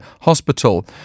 Hospital